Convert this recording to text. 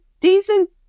decent